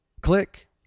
click